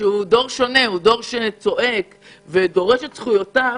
שהוא דור שצועק ודורש את זכויותיו.